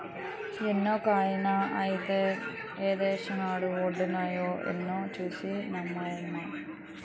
నిన్నొకాయన ఐదేలు ఏశానన్నాడు వొడినాయో నేదో సూసి సెప్పవమ్మా